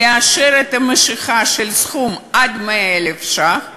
לאשר את המשיכה של סכום של עד 100,000 שקל